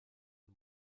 and